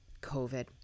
COVID